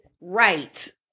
Right